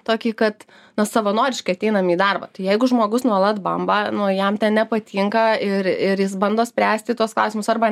tokį kad na savanoriškai ateinam į darbą tai jeigu žmogus nuolat bamba nu jam nepatinka ir ir jis bando spręsti tuos klausimus arba